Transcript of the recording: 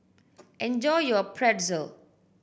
enjoy your Pretzel